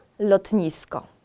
lotnisko